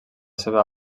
seva